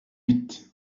huit